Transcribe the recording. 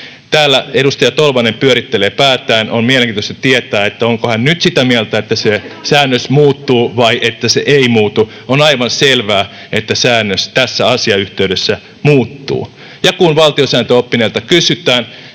Täällä edustaja Tolvanen pyörittelee päätään. On mielenkiintoista tietää, onko hän nyt sitä mieltä, että se säännös muuttuu vai että se ei muutu. On aivan selvää, että säännös tässä asiayhteydessä muuttuu. Ja kun valtiosääntöoppineilta kysytään,